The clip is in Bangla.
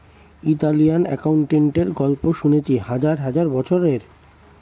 ইতালিয়ান অ্যাকাউন্টেন্টের গল্প শুনেছি হাজার হাজার বছরের